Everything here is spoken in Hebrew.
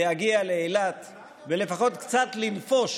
להגיע לאילת ולפחות קצת לנפוש